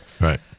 Right